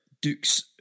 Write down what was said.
Duke's